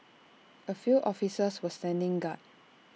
A few officers was standing guard